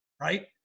right